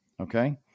okay